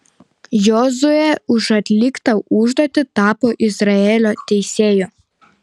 jozuė už atliktą užduotį tapo izraelio teisėju